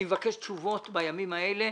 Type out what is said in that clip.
אני מבקש תשובות בימים האלה.